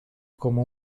como